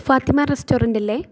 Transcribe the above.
Fathima restaurant അല്ലെ